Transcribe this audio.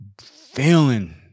feeling